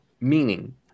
Meaning